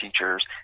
teachers